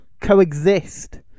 coexist